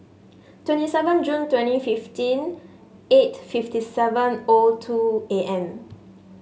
twenty seven June twenty fifteen eight fifty seven O two A M